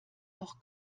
auch